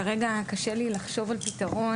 כרגע קשה לי לחשוב על פתרון.